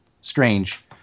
strange